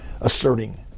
asserting